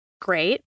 Great